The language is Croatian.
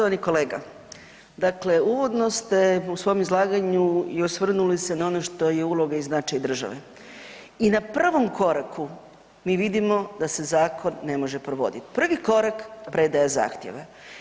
Dakle, uvodno ste u svom izlaganju i osvrnuli se na ono što je uloga i značaj države i na prvom koraku mi vidimo da se zakon ne može provoditi, prvi korak predaja zahtjeva.